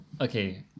Okay